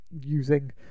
using